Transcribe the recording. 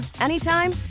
anytime